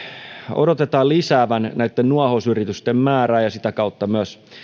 odotetaan lisäävän näitten nuohousyritysten määrää ja sitä kautta myös